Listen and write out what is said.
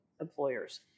employers